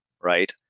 right